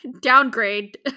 Downgrade